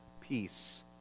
peace